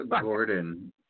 Gordon